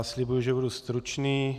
Slibuji, že budu stručný.